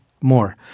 more